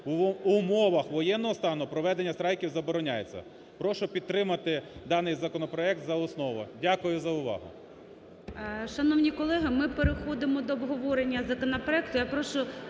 в умовах воєнного стану проведення страйків забороняється". Прошу підтримати даний законопроект за основу. Дякую за увагу.